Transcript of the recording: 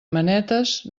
manetes